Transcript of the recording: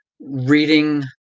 reading